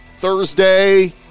Thursday